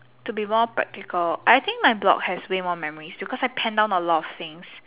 to be more practical I think my blog has way more memories because I pen down a lot of things